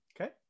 Okay